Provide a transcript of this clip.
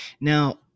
Now